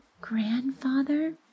Grandfather